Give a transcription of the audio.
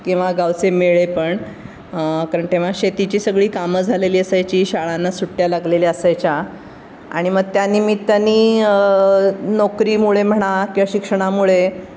किंवा गावचे मेळे पण कारण तेव्हा शेतीची सगळी कामं झालेली असायची शाळांना सुट्ट्या लागलेल्या असायच्या आणि मग त्यानिमित्ताने नोकरीमुळे म्हणा किंवा शिक्षणामुळे